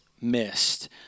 missed